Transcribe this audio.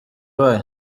bayo